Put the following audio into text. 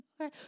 Okay